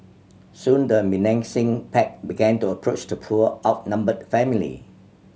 soon the menacing pack began to approach the poor outnumbered family